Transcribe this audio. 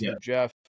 Jeff